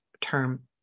term